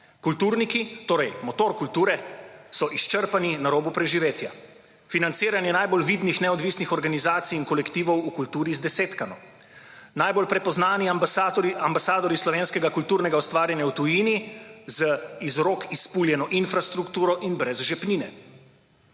Kulturniki, torej motor kulture, so izčrpani in na robu preživetja, financiranje najbolj vidnih neodvisnih organizacij in kulturi zdesetkano, najbolj prepoznani ambasadorji slovenskega kulturnega ustvarjanja v tujini z iz rok izpuljeno infrastrukturo in brez žepnine.